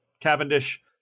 Cavendish